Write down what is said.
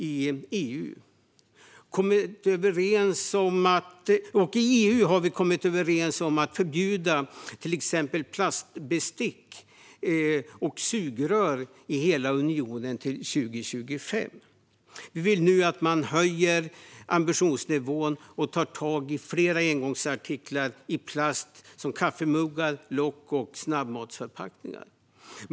I EU har man kommit överens om att förbjuda till exempel plastbestick och sugrör i hela unionen till 2025. Vi vill nu att man höjer ambitionsnivån och tar tag i fler engångsartiklar i plast som kaffemuggar, lock och snabbmatsförpackningar.